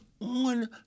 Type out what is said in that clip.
on